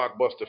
blockbuster